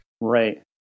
Right